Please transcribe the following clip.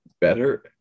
better